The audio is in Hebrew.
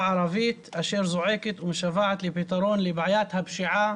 הערבית אשר זועקת ומשוועת לפתרון לבעיית הפשיעה